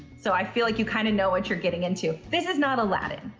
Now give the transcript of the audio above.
so i feel like you kind of know what you're getting into this is not aladdin,